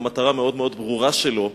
עם המטרה המאוד ברורה שלו,